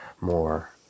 more